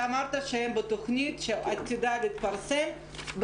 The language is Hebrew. אתה אמרת שהם בתכנית שעתידה להתפרסם,